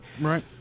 Right